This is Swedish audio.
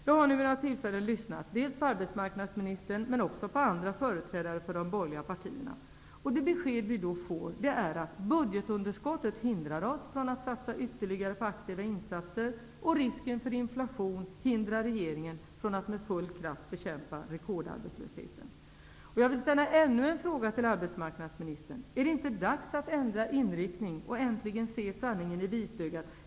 Jag har vid ett antal tillfällen lyssnat på arbetsmarknadsministern och andra företrädare för de borgerliga partierna. Det besked som jag då fått är att budgetunderskottet hindrar oss från att satsa ytterligare på aktiva insatser och att risken för inflation hindrar regeringen från att med full kraft bekämpa rekordarbetslösheten. Jag vill ställa ännu en fråga till arbetsmarknadsministern: Är det inte dags att ändra inriktning och äntligen se sanningen i vitögat?